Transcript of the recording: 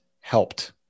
helped